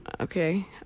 Okay